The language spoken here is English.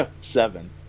Seven